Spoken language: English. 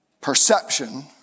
perception